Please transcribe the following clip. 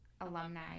alumni